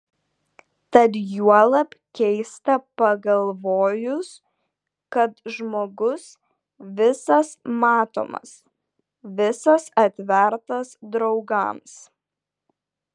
tad juolab keista pagalvojus kad žmogus visas matomas visas atvertas draugams